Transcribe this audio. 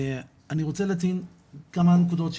אני רוצה לציין כמה נקודות,